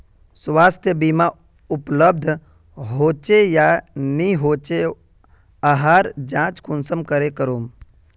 स्वास्थ्य बीमा उपलब्ध होचे या नी होचे वहार जाँच कुंसम करे करूम?